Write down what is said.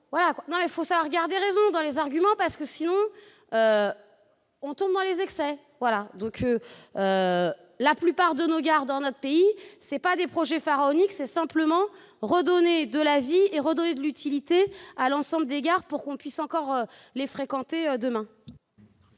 Il faut savoir raison garder dans les arguments, sinon on tombe dans les excès. La plupart de nos gares dans notre pays ne relèvent pas de projets pharaoniques. Il faut simplement redonner de la vie et de l'utilité à l'ensemble des gares pour que nous puissions encore les fréquenter demain.